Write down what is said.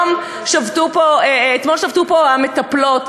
אתמול שבתו פה המטפלות.